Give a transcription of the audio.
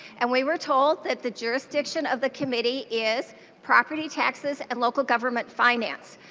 and we were told that the jurisdiction of the committee is property taxes and local government finance.